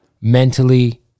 mentally